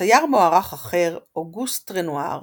צייר מוערך אחר, אוגוסט רנואר,